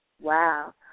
Wow